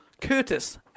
Curtis